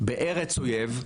בארץ אויב,